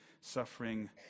suffering